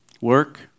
work